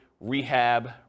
rehab